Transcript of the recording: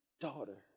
daughter